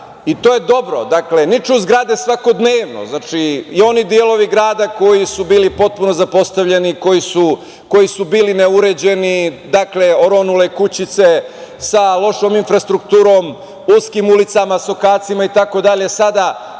i to je dobro. Dakle, niču zgade svakodnevno i oni delovi grada koji su bili potpuno zapostavljeni, koji su bili neuređeni, dakle oronule kućice sa lošom infrastrukturom, uskim ulicama, sokacima, itd. sada